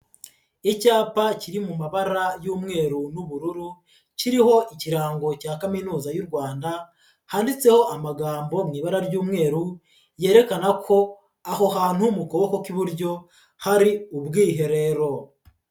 Icyapa kiri mu mabara y'umweru n'ubururu, kiriho ikirango cya kaminuza y'u Rwanda, handitseho amagambo mu ibara ry'umweru, yerekana ko aho hantu mu kuboko kw'iburyo, hari ubwiherero.